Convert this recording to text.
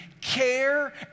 care